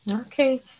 Okay